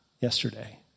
yesterday